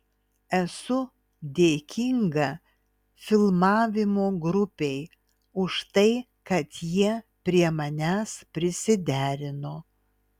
esu dėkinga filmavimo grupei už tai kad jie prie manęs prisiderino